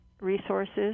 resources